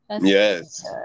Yes